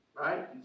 Right